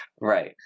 right